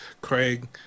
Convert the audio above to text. Craig